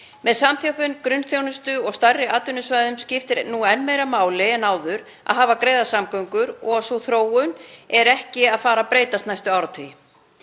Með samþjöppun grunnþjónustu og stærri atvinnusvæðum skiptir enn meira máli en áður að hafa greiðar samgöngur og sú þróun er ekki að fara að breytast næstu áratugi.